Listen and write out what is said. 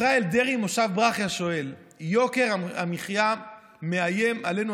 ישראל דרעי ממושב ברכיה שואל: יוקר המחיה מאיים עלינו,